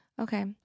Okay